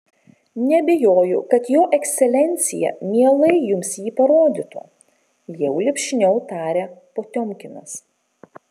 neabejoju kad jo ekscelencija mielai jums jį parodytų jau lipšniau tarė potiomkinas